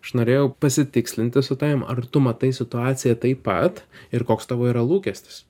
aš norėjau pasitikslinti su tavim ar tu matai situaciją taip pat ir koks tavo yra lūkestis